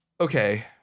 okay